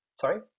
Sorry